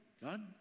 God